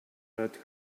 fred